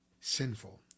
sinful